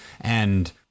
and-